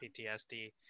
PTSD